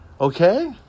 Okay